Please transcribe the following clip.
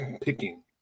picking